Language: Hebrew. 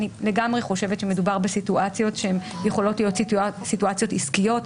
אני לגמרי חושבת שמדובר בסיטואציות שיכולות להיות סיטואציות עסקיות.